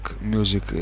music